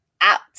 out